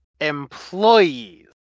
employees